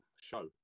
show